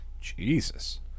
Jesus